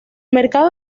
mercado